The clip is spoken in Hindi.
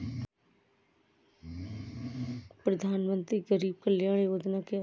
प्रधानमंत्री गरीब कल्याण योजना क्या है?